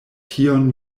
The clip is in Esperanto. tion